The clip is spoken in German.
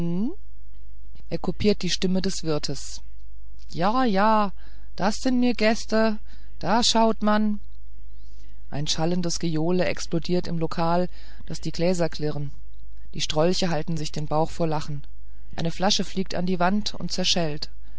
er kopiert die stimme des wirtes jä jä das sin mir gästäh da schaut man ein schallendes gejohle explodiert im lokal daß die gläser klirren die strolche halten sich den bauch vor lachen eine flasche fliegt an die wand und zerschellt